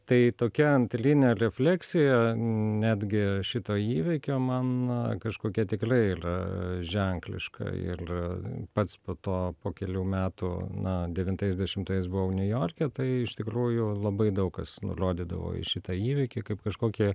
tai tokia antrinė refleksija netgi šito įvykio man na kažkokia tikrai ylia ženkliška il pats po to po kelių metų na devintais dešimtais buvau niujorke tai iš tikrųjų labai daug kas nurodydavo į šitą įvykį kaip kažkokį